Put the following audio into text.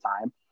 time